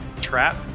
trap